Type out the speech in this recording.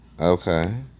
Okay